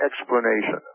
explanation